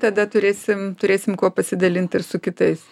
tada turėsim turėsim kuo pasidalint ir su kitais